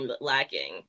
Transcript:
lacking